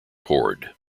chord